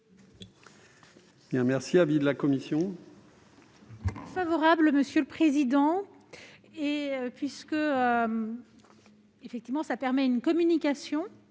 Merci,